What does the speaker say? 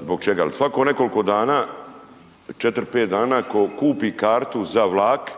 Zbog čega? Jel svako u nekoliko dana 4,5 dana ko kupi kartu za vlak,